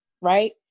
right